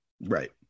right